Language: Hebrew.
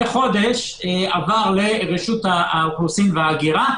חודש עבר לרשות האוכלוסין וההגירה,